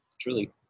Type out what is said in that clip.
truly